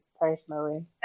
personally